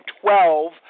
twelve